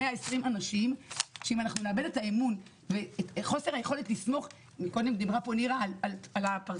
אם נאבד אותו ואת חוסר היכולת לסמוך --- קודם דיברה פה נירה על הפרסה,